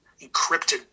encrypted